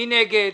מי נגד?